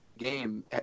game